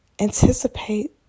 Anticipate